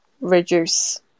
reduce